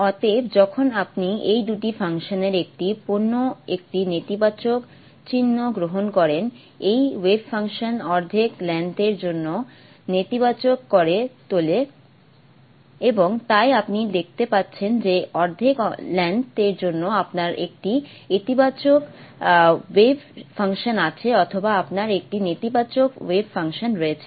অতএব যখন আপনি এই দুটি ফাংশনের একটি পণ্য একটি নেতিবাচক চিহ্ন গ্রহণ করেন এই ওয়েভ ফাংশন অর্ধেক লেংথ এর জন্য নেতিবাচক করে তোলে এবং তাই আপনি দেখতে পাচ্ছেন যে অর্ধেক লেংথ এর জন্য আপনার একটি ইতিবাচক ওয়েভ ফাংশন আছে অথবা আপনার একটি নেতিবাচক ওয়েভ ফাংশন রয়েছে